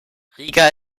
riga